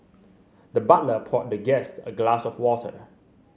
the butler poured the guest a glass of water